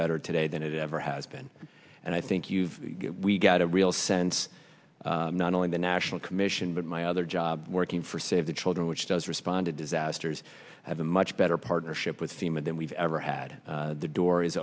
better today than it ever has been and i think you've got a real sense not only the national commission but my other job working for save the children which does respond to disasters have a much better partnership with fema than we've ever had the door